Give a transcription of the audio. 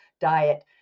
diet